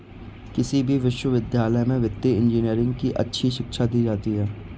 किसी भी विश्वविद्यालय में वित्तीय इन्जीनियरिंग की अच्छी शिक्षा दी जाती है